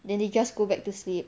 then they just go back to sleep